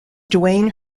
duane